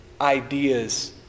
ideas